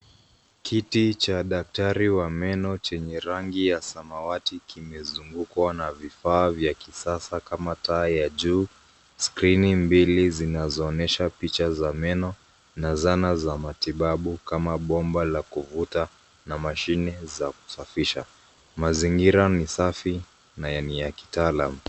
Kiti cha daktari wa meno chenye rangi ya samawati kimezungukwa na vifaa vya kisasa kama taa ya juu, skrini mbili zinazoonyesha picha ya meno na zana za matibabu kama bomba la kuvuta na mashini za kusafisha. Mazingira ni safi na ni ya kitaalam.